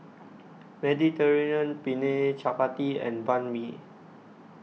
Mediterranean Penne Chapati and Banh MI